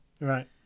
right